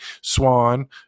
Swan